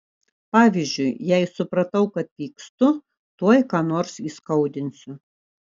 pavyzdžiui jei supratau kad pykstu tuoj ką nors įskaudinsiu